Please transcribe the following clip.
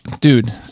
Dude